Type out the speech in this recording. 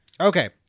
Okay